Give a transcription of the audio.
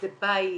זה בית,